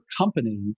company